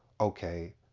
okay